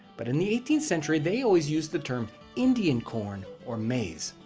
but in the eighteenth century they always used the term indian corn or maize.